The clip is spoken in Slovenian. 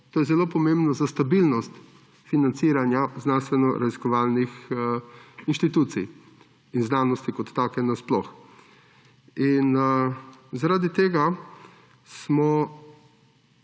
to je zelo pomembno za stabilnost financiranja znanstvenoraziskovalnih institucij, iz danosti kot take sploh. Zaradi tega smo